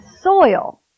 soil